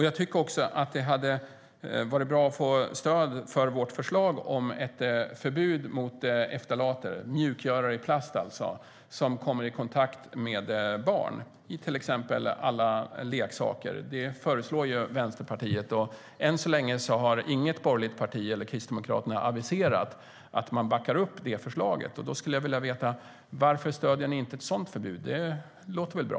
Jag tycker också att det hade varit bra att få stöd för vårt förslag om ett förbud mot ftalater, alltså mjukgörare i plast, som kommer i kontakt med barn och som finns i alla leksaker. Detta föreslår Vänsterpartiet, men än så länge har inget borgerligt parti aviserat att man backar upp det förslaget. Jag skulle vilja veta varför ni inte stöder ett sådant förbud. Det låter väl bra?